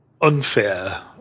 unfair